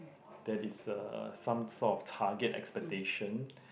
that is a some sort of target expectation